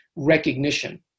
recognition